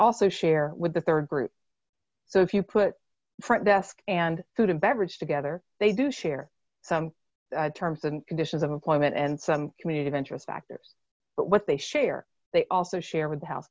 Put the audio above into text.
also share with the rd group so if you put front desk and food and beverage together they do share some terms and conditions of employment and some community ventures factors but what they share they also share with